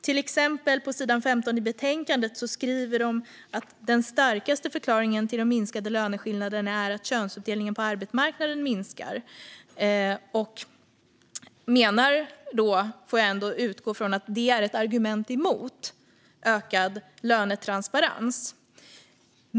Till exempel skriver de på sidan 15 i betänkandet att den starkaste förklaringen till de minskade löneskillnaderna är att könsuppdelningen på arbetsmarknaden minskar och menar då, får jag ändå utgå från, att det är ett argument emot ökad lönetransparens.